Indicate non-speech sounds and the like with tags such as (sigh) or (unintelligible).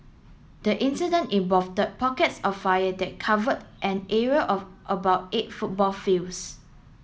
the incident involved (unintelligible) pockets of fire that covered an area of about eight football fields